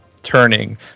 turning